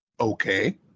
okay